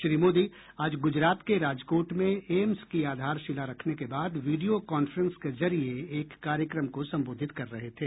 श्री मोदी आज गुजरात के राजकोट में एम्स की आधारशिला रखने के बाद वीडियो कांफ्रेंस के जरिये एक कार्यक्रम को संबोधित कर रहे थे